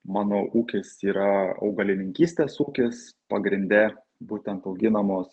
mano ūkis yra augalininkystės ūkis pagrinde būtent auginamos